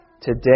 Today